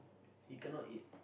you cannot eat